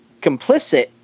complicit